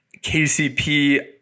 KCP